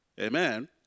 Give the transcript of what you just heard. Amen